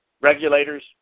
regulators